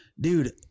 Dude